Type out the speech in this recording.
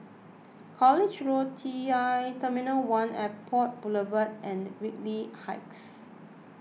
College Road T l Airport Boulevard and Whitley Heights